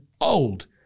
old